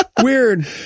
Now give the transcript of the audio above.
weird